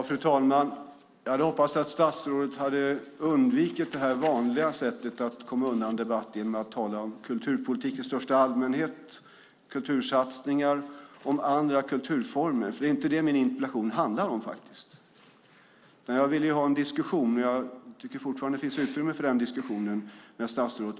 Fru talman! Jag hade hoppats att statsrådet skulle undvika det här vanliga sättet att komma undan debatt genom att tala om kulturpolitik i största allmänhet, kultursatsningar och om andra kulturformer, för det är faktiskt inte det som min interpellation handlar om. Jag ville ha en diskussion, och jag tycker fortfarande att det finns utrymme för den diskussionen med statsrådet.